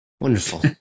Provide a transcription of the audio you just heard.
Wonderful